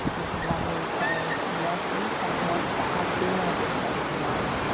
with lovely carers and nurses, has meant that i've been able to rest enough,